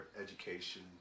education